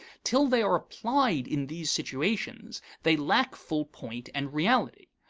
till they are applied in these situations they lack full point and reality.